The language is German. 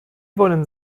wollen